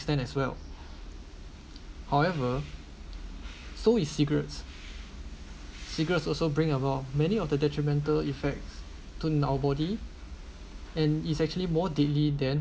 extent as well however so his cigarettes cigarettes also bring about many of the detrimental effects to our body and it's actually more deadly than